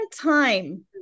time